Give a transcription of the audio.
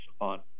on